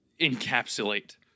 encapsulate